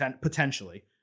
potentially